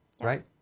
Right